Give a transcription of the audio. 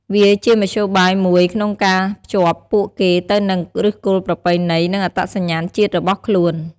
វាជាមធ្យោបាយមួយក្នុងការភ្ជាប់ពួកគេទៅនឹងឫសគល់ប្រពៃណី និងអត្តសញ្ញាណជាតិរបស់ខ្លួន។